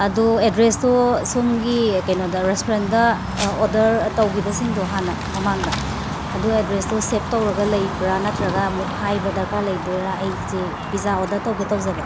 ꯑꯗꯣ ꯑꯦꯗ꯭ꯔꯦꯁꯇꯣ ꯁꯣꯝꯒꯤ ꯀꯩꯅꯣꯗ ꯔꯦꯁꯇ꯭ꯔꯨꯔꯦꯟꯗ ꯑꯣꯗꯔ ꯇꯧꯈꯤꯕꯁꯤꯡꯗꯣ ꯍꯥꯟꯅ ꯃꯃꯥꯡꯗ ꯑꯗꯣ ꯑꯦꯗ꯭ꯔꯦꯁꯇꯣ ꯁꯦꯞ ꯇꯧꯔꯒ ꯂꯩꯕ꯭ꯔꯥ ꯅꯠꯇ꯭ꯔꯒ ꯑꯃꯨꯛ ꯍꯥꯏꯕ ꯗꯔꯀꯥꯔ ꯂꯩꯗꯣꯏꯔꯥ ꯑꯩꯁꯦ ꯄꯤꯖꯥ ꯑꯣꯗꯔ ꯇꯧꯒꯦ ꯇꯧꯖꯕ